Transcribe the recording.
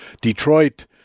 Detroit